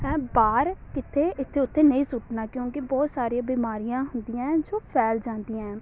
ਐ ਬਾਹਰ ਕਿੱਥੇ ਇੱਥੇ ਉੱਥੇ ਨਹੀਂ ਸੁੱਟਣਾ ਕਿਉਂਕਿ ਬਹੁਤ ਸਾਰੀਆਂ ਬਿਮਾਰੀਆਂ ਹੁੰਦੀਆਂ ਹੈ ਜੋ ਫੈਲ ਜਾਂਦੀਆਂ